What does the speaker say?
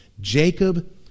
Jacob